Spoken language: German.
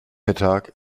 mittag